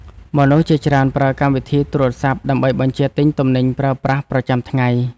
មនុស្សជាច្រើនប្រើកម្មវិធីទូរសព្ទ ដើម្បីបញ្ជាទិញទំនិញប្រើប្រាស់ប្រចាំថ្ងៃ។